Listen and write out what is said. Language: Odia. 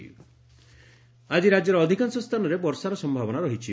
ପାଣିପାଗ ଆକି ରାଜ୍ୟର ଅଧିକାଂଶ ସ୍ଥାନରେ ବର୍ଷାର ସମ୍ଭାବନା ରହିଛି